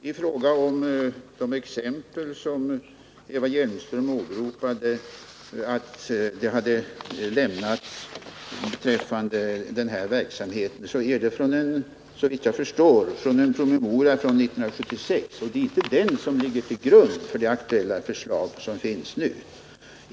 Herr talman! De exempel som Eva Hjelmström åberopade härrör, såvitt jag förstår, från en promemoria från 1976, och det är inte den som ligger till grund för det förslag som nu är aktuellt.